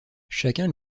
chacun